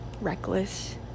reckless